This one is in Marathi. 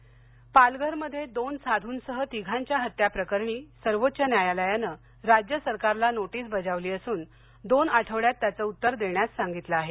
साध् पालघरमधे दोन साधूंसह तिघांच्या हत्त्या प्रकरणी सर्वोच्च न्यायालयानं राज्य सरकारला नोटीस बजावली असून दोन आठवड्यात त्याचं उत्तर देण्यास सांगण्यात आलं आहे